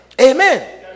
amen